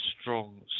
strong